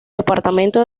departamento